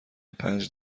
پنج